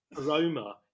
aroma